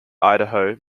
idaho